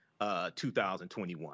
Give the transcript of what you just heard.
2021